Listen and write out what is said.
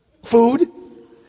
Food